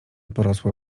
porosłe